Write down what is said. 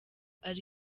ari